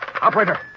Operator